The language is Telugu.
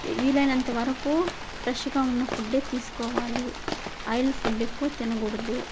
వీలైనంతవరకు ఫ్రెష్గా ఉన్న ఫుడ్డే తీసుకోవాలి ఆయిల్ ఫుడ్ ఎక్కువ తినకూడదు